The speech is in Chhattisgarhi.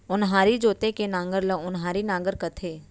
ओन्हारी जोते के नांगर ल ओन्हारी नांगर कथें